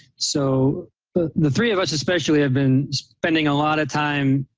so the three of us especially have been spending a lot of time